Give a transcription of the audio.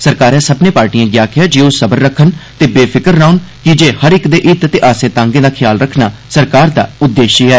सरकारै सब्बने पार्टियें गी आक्खेया जे ओ सब्र रखन ते बेफिक्र रोहन कीजे हर इक दे हित ते आर्से तांगें दा ख्याल रखना सरकार दा उद्देश्य ऐ